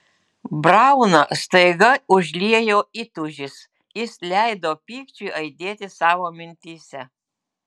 brauną staiga užliejo įtūžis jis leido pykčiui aidėti savo mintyse